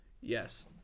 yes